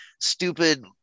stupid